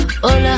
hola